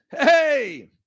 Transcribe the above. Hey